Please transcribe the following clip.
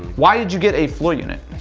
why did you get a floor unit?